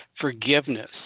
forgiveness